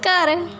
ਘਰ